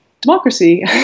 democracy